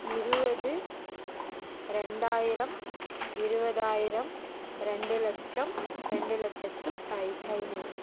இருபது ரெண்டாயிரம் இருபதாயிரம் ரெண்டு லட்சம் ரெண்டு லட்சத்து ஐ ஐநூறு